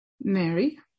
Mary